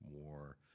more